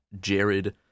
Jared